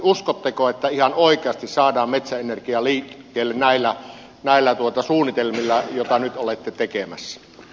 uskotteko että ihan oikeasti saadaan metsäenergia liikkeelle näillä suunnitelmilla joita nyt olette tekemässä